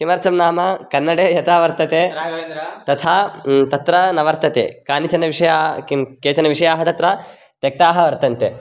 किमर्थं नाम कन्नडे यता वर्तते तथा तत्र न वर्तते केचन विषयाः किं केचन विषयाः तत्र त्यक्ताः वर्तन्ते